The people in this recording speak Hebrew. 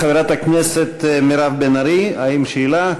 חברת הכנסת מירב בן ארי, האם יש שאלה?